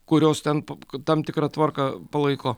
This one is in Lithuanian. kurios ten p tam tikrą tvarką palaiko